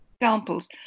examples